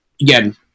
Again